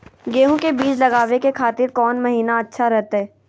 गेहूं के बीज लगावे के खातिर कौन महीना अच्छा रहतय?